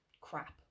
crap